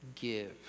give